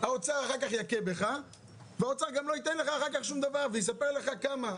האוצר אחר כך יכה בך והאוצר גם לא ייתן לך אחר כך שום דבר ויספר לך כמה.